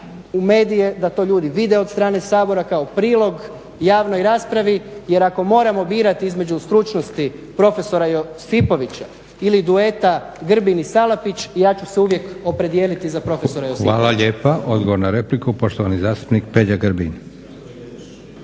u medije da to ljudi vide od strane Sabora kao prilog javnoj raspravi jer ako moramo birati između stručnosti profesora Josipovića ili dueta Grbin i Salapić, ja ću se uvijek opredijeliti za profesora Josipovića. **Leko, Josip (SDP)** Hvala lijepa. Odgovor na repliku, poštovani zastupnik Peđa Grbin.